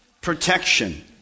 protection